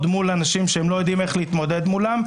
מול אנשים שהם לא יודעים איך להתמודד איתם.